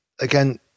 again